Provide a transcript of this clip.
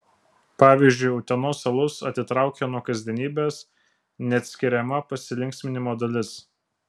pavyzdžiui utenos alus atitraukia nuo kasdienybės neatskiriama pasilinksminimo dalis